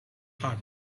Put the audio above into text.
heart